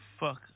fuck